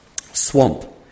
swamp